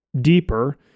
deeper